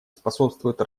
способствуют